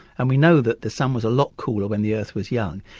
and we know that the sun was a lot cooler when the earth was young,